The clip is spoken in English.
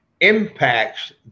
impacts